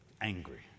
Angry